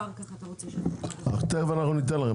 אחר כך אתה רוצה --- תכף ניתן לכם.